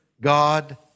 God